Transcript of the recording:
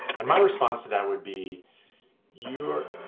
and my response to that would be you